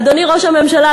אדוני ראש הממשלה,